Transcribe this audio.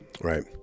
right